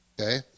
okay